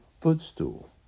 footstool